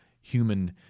human